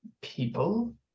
people